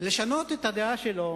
לשנות את הדעה שלו